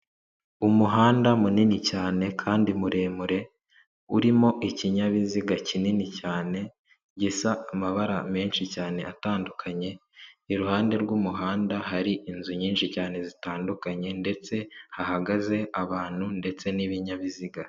Umuhanda munini cyane kandi muremure, urimo ikinyabiziga kinini cyane gisa amabara menshi cyane atandukanye, iruhande rw'umuhanda hari inzu nyinshi cyane zitandukanye ndetse hahagaze abantu ndetse n'ibinyabiziga.